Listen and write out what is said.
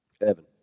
Evan